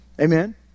Amen